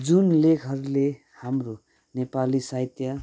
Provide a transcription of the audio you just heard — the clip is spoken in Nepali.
जुन लेखहरूले हाम्रो नेपाली साहित्य